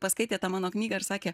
paskaitė tą mano knygą ir sakė